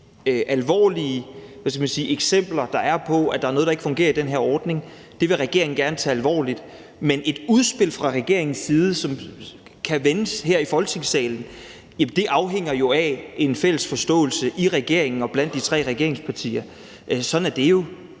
alvorlige eksempler på, at der er noget, der ikke fungerer i den her ordning, vil regeringen gerne tage alvorligt. Men et udspil fra regeringens side, som kan vendes her i Folketingssalen, afhænger jo af en fælles forståelse i regeringen og blandt de tre regeringspartier. Sådan er det jo.